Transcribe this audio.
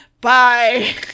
bye